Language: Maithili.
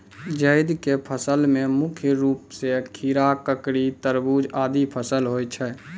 जैद क फसल मे मुख्य रूप सें खीरा, ककड़ी, तरबूज आदि फसल होय छै